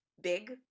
big